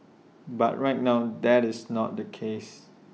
but right now that's not the case